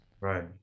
Right